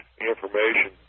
information